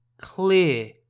Clear